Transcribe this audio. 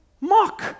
Mock